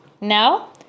Now